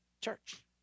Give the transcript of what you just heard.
Church